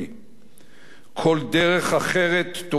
כל דרך אחרת תוביל אותנו בהכרח